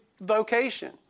vocation